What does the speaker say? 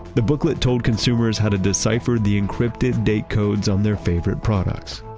the booklet told consumers how to decipher the encrypted date codes on their favorite products.